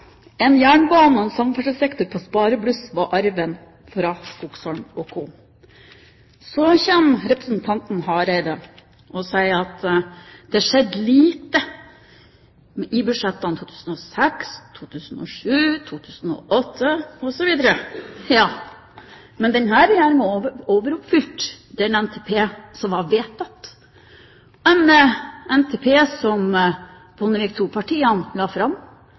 En jernbane og en samferdselssektor på sparebluss var arven fra Skogsholm & Co. Så kommer representanten Hareide og sier at det skjedde lite i budsjettene for 2006, 2007, 2008 osv. Men denne regjeringen overoppfylte den NTP som var vedtatt, en NTP som Bondevik II-partiene la fram,